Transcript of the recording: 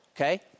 Okay